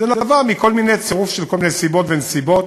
זה נבע מכל מיני צירופים של סיבות ונסיבות,